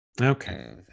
Okay